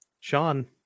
sean